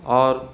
اور